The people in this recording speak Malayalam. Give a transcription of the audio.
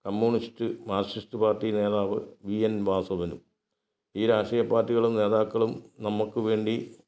കമ്മ്യൂണിസ്റ്റ് മാർക്ലിസ്റ്റ് പാർട്ടി നേതാവ് വി എൻ വാസവനും ഈ രാഷ്ട്രീയ പാർട്ടികളും നേതാക്കളും നമുക്ക് വേണ്ടി